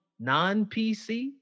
non-PC